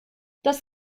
das